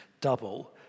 double